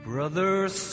Brothers